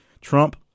Trump